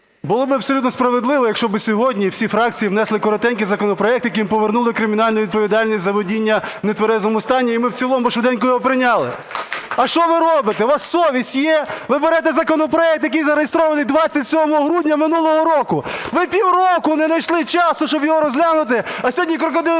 було б абсолютно справедливо, якщо би сьогодні всі фракції внесли коротенький законопроект, яким повернули кримінальну відповідальність за водіння в нетверезому стані, і ми в цілому би швиденько його прийняли. А що ви робите? У вас совість є? Ви берете законопроект, який зареєстрований 27 грудня минулого року. Ви півроку не знайшли часу, щоб його розглянути, а сьогодні крокодилячі